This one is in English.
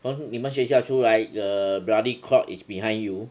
从你们学校出来 the bloody clock is behind you